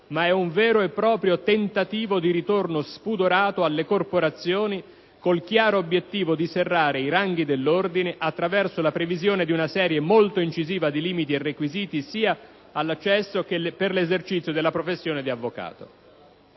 ma è un vero e proprio tentativo di ritorno spudorato alle corporazioni, col chiaro obiettivo di serrare i ranghi dell'ordine attraverso la previsione di una serie molto incisiva di limiti e requisiti sia per l'accesso che per l'esercizio della professione di avvocato».